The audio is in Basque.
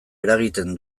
eragiten